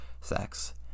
sex